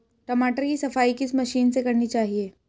टमाटर की सफाई किस मशीन से करनी चाहिए?